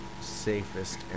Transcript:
safest